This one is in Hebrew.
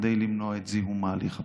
כדי למנוע את זיהום ההליך הפלילי.